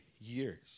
years